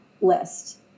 list